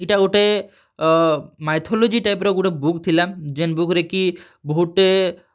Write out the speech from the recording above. ଇ'ଟା ଗୁଟେ mythology type ର ଗୁଟେ ବୁକ୍ ଥିଲା ଯେନ୍ ବୁକ୍ ରେ କି ବହୁତ୍ଟେ